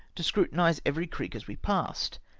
to scrutinise every creek as we passed.